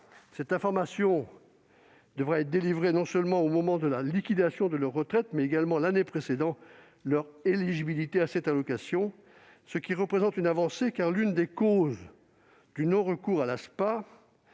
Cette information devra être délivrée non seulement au moment de la liquidation de leur retraite, mais également l'année précédant leur éligibilité à cette allocation, ce qui représente une avancée, car l'une des causes du non-recours à l'ASPA